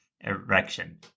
erection